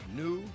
new